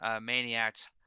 maniacs